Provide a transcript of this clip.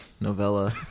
novella